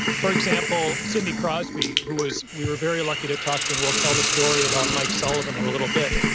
for example, sidney crosby, who was, we were very lucky to talk to, and we'll tell the story about mike sullivan in a little bit.